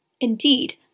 Indeed